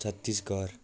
Chhattisgarh